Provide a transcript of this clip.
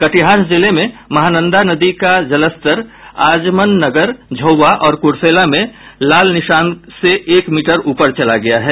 कटिहार जिले में महानंदा नदी का जलस्तर आजमन नगर झौवा और कुर्सेला में लाल निशान से एक मीटर ऊपर चला गया है